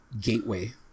gateway